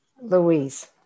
Louise